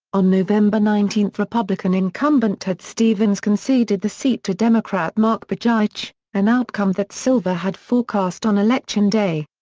on november nineteen republican incumbent ted stevens conceded the seat to democrat mark begich, an outcome that silver had forecast on election day.